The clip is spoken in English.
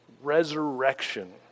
Resurrection